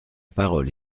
parole